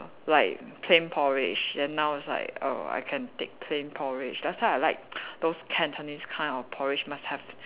err like plain porridge then now it's like err I can take plain porridge last time I like those Cantonese kind of porridge must have